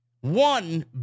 one